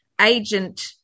agent